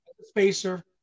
spacer